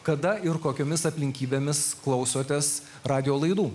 kada ir kokiomis aplinkybėmis klausotės radijo laidų